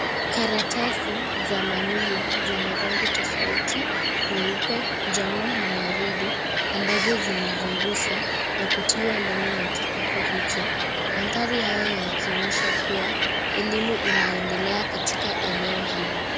Karatasi za manila zenye rangi tofauti nyeupe, njano, na waridi ambazo zimezungushwa na kutiwa ndani ya kikapu hicho. Mandhari haya yakionyesha kuwa elimu inaendelea katika eneo hilo.